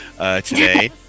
today